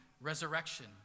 resurrection